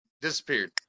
disappeared